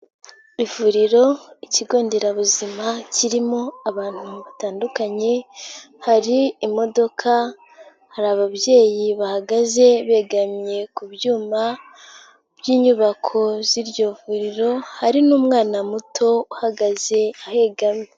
Ivuriro, ikigo nderabuzima kirimo abantu batandukanye, hari imodoka, hari ababyeyi bahagaze begamye ku byuma by'inyubako z'iryo vuriro, hari n'umwana muto uhagaze ahegamye.